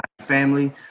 family